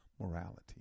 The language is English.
morality